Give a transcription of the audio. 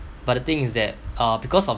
but the thing is that uh because of